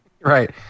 right